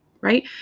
right